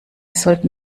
sollten